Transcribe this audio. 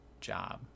job